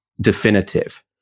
definitive